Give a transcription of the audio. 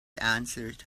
answered